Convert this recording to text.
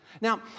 Now